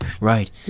right